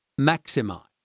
Maximize